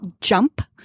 jump